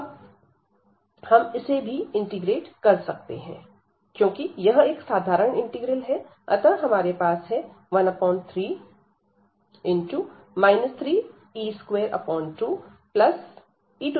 अब हम इसे भी इंटीग्रेट कर सकते हैं क्योंकि यह एक साधारण इंटीग्रल है अतः हमारे पास है 13 3e22e312